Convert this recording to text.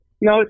No